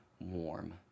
warm